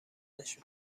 نشو